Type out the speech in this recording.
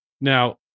Now